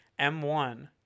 m1